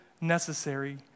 necessary